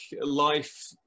life